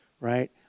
right